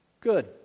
Good